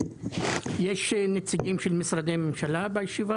יש בישיבה נציגים של משרדי ממשלה?